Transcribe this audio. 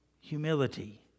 humility